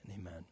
Amen